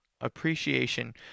appreciation